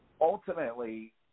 Ultimately